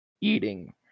eating